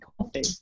coffee